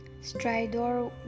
Stridor